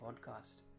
podcast